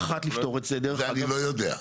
את זה אני לא יודע.